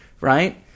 right